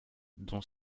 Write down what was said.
dont